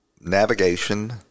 navigation